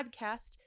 podcast